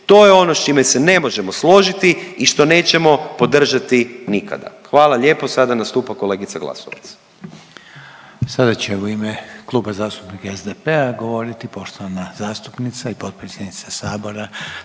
To je ono s čime se ne možemo složiti i što nećemo podržati nikada. Hvala lijepo. Sada nastupa kolegica Glasovac. **Reiner, Željko (HDZ)** Sada će u ime Kluba zastupnika SDP-a govoriti poštovana zastupnica i potpredsjednica Sabora